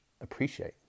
appreciate